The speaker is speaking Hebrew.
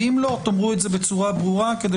ואם לא תאמרו את זה בצורה ברורה כדי